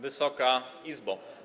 Wysoka Izbo!